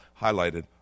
highlighted